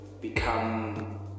become